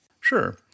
Sure